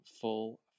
full